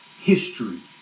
history